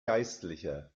geistlicher